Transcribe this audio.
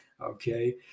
okay